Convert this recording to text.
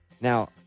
Now